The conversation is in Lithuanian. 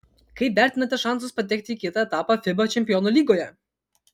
kaip vertinate šansus patekti į kitą etapą fiba čempionų lygoje